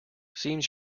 seems